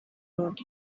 road